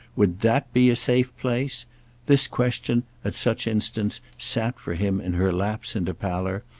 would that be a safe placed this question, at such instants, sat for him in her lapse into pallor,